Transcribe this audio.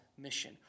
mission